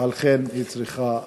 ועל כן היא צריכה ללכת.